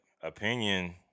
opinion